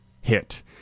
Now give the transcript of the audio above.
hit